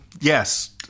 yes